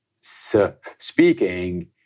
speaking